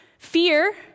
Fear